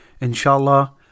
inshallah